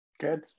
Good